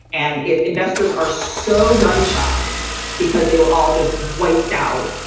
and if investors are so gun shy because they were all just wiped out,